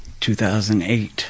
2008